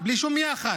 בלי שום יחס.